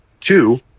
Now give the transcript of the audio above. two